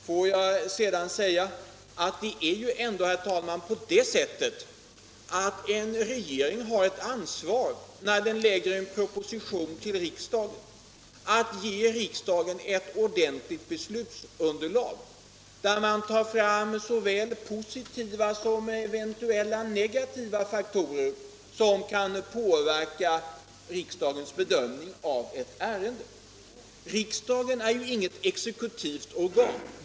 Får jag sedan säga, herr talman, att det är ändå på det sättet att en regering har ett ansvar, när den framlägger en proposition för riksdagen: att ge riksdagen ett ordentligt beslutsunderlag, där man tar fram såväl positiva som eventuella negativa faktorer, vilka kan påverka riksdagens bedömning av ett ärende. Riksdagen är ju inget exekutivt organ.